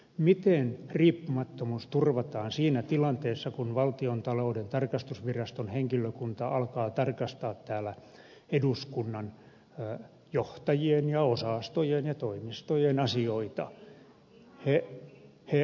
miten riippumattomuus turvataan siinä tilanteessa kun valtiontalouden tarkastusviraston henkilökunta alkaa tarkastaa täällä eduskunnan johtajien ja osastojen ja toimistojen asioita